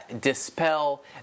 dispel